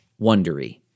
wondery